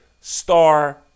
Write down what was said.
star